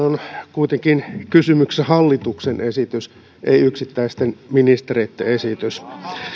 kuitenkin kysymyksessä hallituksen esitys ei yksittäisten ministereitten esitys